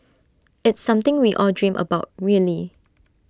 it's something we all dream about really